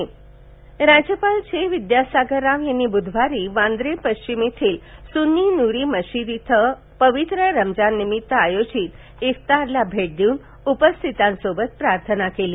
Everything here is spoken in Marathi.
रमजान इफ्बार राज्यपाल चेन्नमनेनी विद्यासागर राव यांनी बुधवारी वांद्रे पश्चिम येथील सुन्नी नूरी मशिद येथे पवित्र रमजाननिमित्त आयोजित इफ्तारला भेट देऊन उपस्थितांसोबत प्रार्थना केली